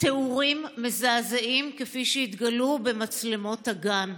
התיאורים מזעזעים, כפי שהתגלה במצלמות הגן.